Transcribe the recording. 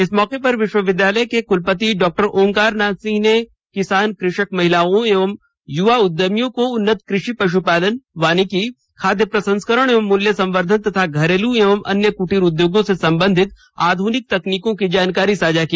इस मौके पर विष्वविद्यालय के कुलपति डॉक्टर ओमकार नाथ सिंह ने किसानों कृषक महिलाओं एवं युवा उद्यमियों को उन्नत कृषि पष्टपालन वानिकी खाद्य प्रसंस्करण एवं मूल्य संवर्धन तथा घरेलू एवं अन्य कुटीर उद्योगों से संबंधित आधुनिक तकनीकों की जानकारी साझा की